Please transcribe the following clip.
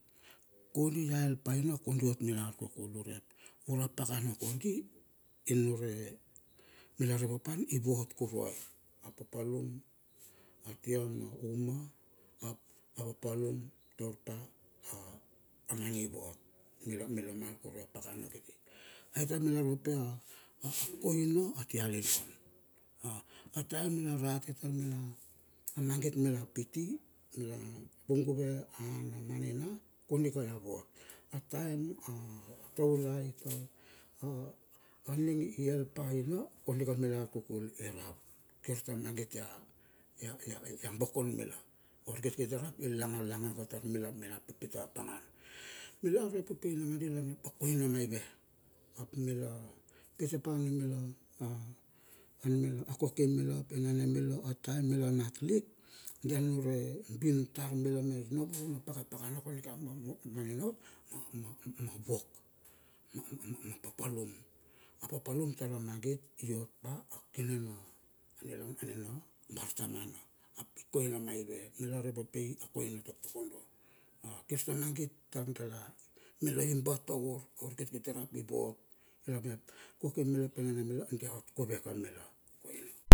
Kodi mela el pa ina kodi, kodi ot mila arkukul. Urep ura pakana kondi, inure mila repotan i vot kuruai. A papalum a tia ma uma, ap a papalum taur ta a a moni ivot mila mila mal kurue apakana kiti. Ai tar mila repote a a koina tia lilivan. A taem mi la rate tar a magit mila piti, mila vung guve a na mani na kondi ka ia vot. A taem a taulai a ning i el pa aina kondi ka mila arkukul i rap, kir ta magit ia ia ia bokon mila. A urkitikiti rap ilangalanga ka tar mila, mila pipit apangan. Mila reportei nangadi mep a koina maive. Ap mila pite pa a numila a numila kokoe mila ap enane mila a taen mila nat lik dia nunure bin tar mila me voro na pakapakana kodika manina ot ma ma wok ma ma papalum papalum tar a magit iot tar ma kidol na nilaun ananena na bartamana ap i koina mave. Mila repotai akoina taktakondo kir tamagit tar dala, mila imba taur a urkiti kiti ivot i lar mep koke mila op enane mila dia iot kove ka mila.